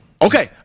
Okay